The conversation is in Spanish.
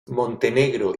montenegro